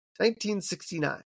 1969